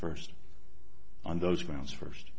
first on those grounds first